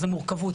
את המורכבות.